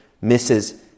misses